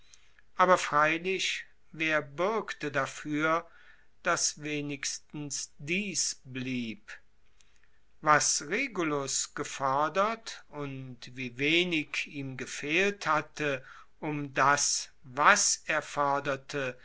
aber freilich wer buergte dafuer dass wenigstens dies blieb was regulus gefordert und wie wenig ihm gefehlt hatte um das was er forderte